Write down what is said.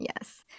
Yes